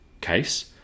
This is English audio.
case